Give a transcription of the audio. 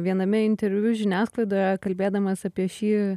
viename interviu žiniasklaidoje kalbėdamas apie šį